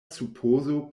supozo